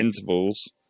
intervals